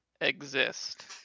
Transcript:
exist